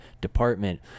department